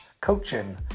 coaching